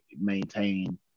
maintain